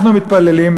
אנחנו מתפללים,